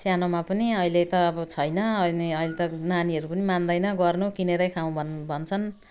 सानोमा पनि अहिले त अब छैन अनि अहिले त नानीहरू पनि मान्दैन गर्नु किनेर खाउँ भन् भन्छन्